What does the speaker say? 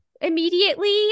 immediately